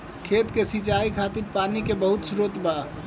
खेत के सिंचाई खातिर पानी के बहुत स्त्रोत बा